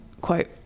quote